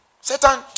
Satan